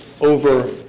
over